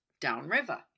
downriver